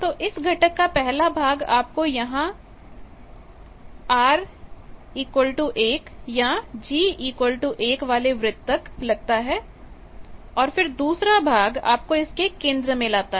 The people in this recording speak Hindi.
तो उस घटक का पहला भाग आपको यहां तो R1 या G1 वृत्त तक लगता है और फिर दूसरा भाग आपको इसके केंद्र में लाता है